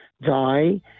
die